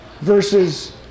versus